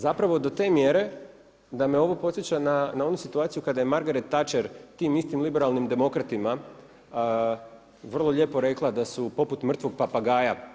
Zapravo do te mjere da me to podsjeća na onu situaciju kada je Margaret Tacher tim istim liberalnim demokratima vrlo lijepo rekla da su poput mrtvog papagaja.